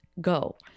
go